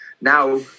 now